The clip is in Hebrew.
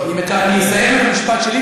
אני אסיים את המשפט שלי,